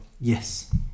Yes